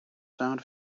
sound